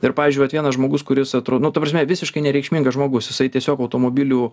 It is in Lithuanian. ir pavyzdžiui vat vienas žmogus kuris atro nu ta prasme visiškai nereikšmingas žmogus jisai tiesiog automobilių